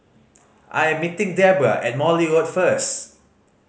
I am meeting Debbra at Morley Road first